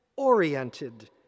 oriented